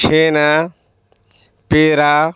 چھینا پیڑا